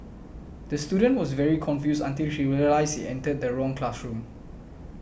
the student was very confused until she realised he entered the wrong classroom